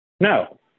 No